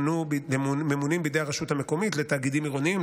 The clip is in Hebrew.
שממונים בידי הרשות המקומית לתאגידים עירוניים,